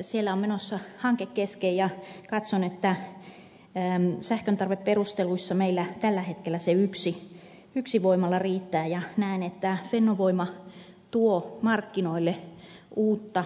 siellä on hanke kesken ja katson että sähköntarveperusteluissa meillä tällä hetkellä se yksi voimala riittää ja näen että fennovoima tuo markkinoille uutta